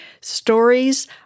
stories